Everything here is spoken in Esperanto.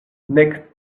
nek